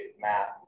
map